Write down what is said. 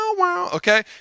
okay